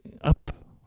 up